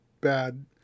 bad